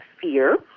fear